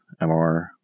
MR